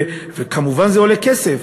וכמובן זה עולה כסף.